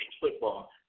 football